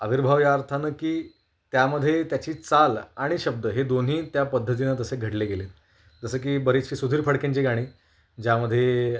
आविर्भाव या अर्थानं की त्यामध्ये त्याची चाल आणि शब्द हे दोन्ही त्या पद्धतीनं जसे घडले गेलेत जसं की बरीचशी सुधीर फडकेंची गाणी ज्यामध्ये